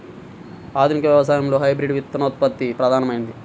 ఆధునిక వ్యవసాయంలో హైబ్రిడ్ విత్తనోత్పత్తి ప్రధానమైనది